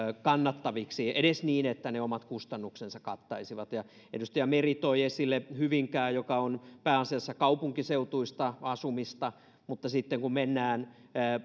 kannattaviksi edes niin että ne omat kustannuksensa kattaisivat edustaja meri toi esille hyvinkään joka on pääasiassa kaupunkiseutuista asumista mutta sitten kun mennään